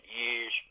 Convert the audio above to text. years